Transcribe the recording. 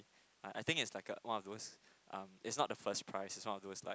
I I think it's like uh one of those um it's not the first prize it's one of those like